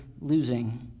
losing